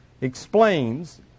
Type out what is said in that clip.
explains